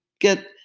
get